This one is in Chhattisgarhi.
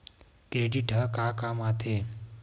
क्रेडिट ह का काम आथे?